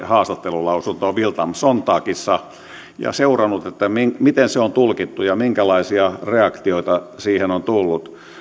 haastattelulausuntoon bild am sonntagissa ja seurannut miten se on tulkittu ja minkälaisia reaktioita siihen on tullut